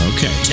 Okay